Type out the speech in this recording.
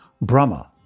Brahma